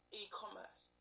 e-commerce